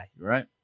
Right